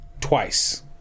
twice